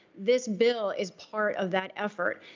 this bill is part of that effort.